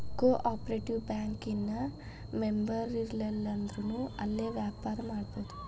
co operative bank ಇನ್ ಮೆಂಬರಿರ್ಲಿಲ್ಲಂದ್ರುನೂ ಅಲ್ಲೆ ವ್ಯವ್ಹಾರಾ ಮಾಡ್ಬೊದು